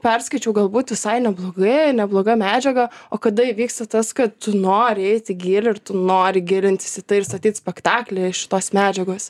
perskaičiau galbūt visai neblogai nebloga medžiaga o kada įvyksta tas kad tu nori eit į gylį ir tu nori gilintis į tai ir statyt spektaklį iš šitos medžiagos